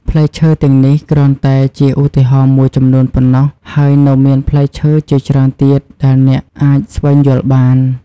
ផ្លែឈើទាំងនេះគ្រាន់តែជាឧទាហរណ៍មួយចំនួនប៉ុណ្ណោះ ហើយនៅមានផ្លែឈើជាច្រើនទៀតដែលអ្នកអាចស្វែងយល់បាន។